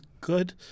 good